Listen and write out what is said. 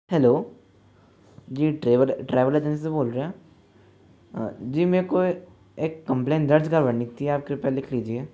hello जी travel travel agency से बोल रहे है जी मेरे को एक कंप्लेंट दर्ज करवानी थी आप कृपया लिख लीजिये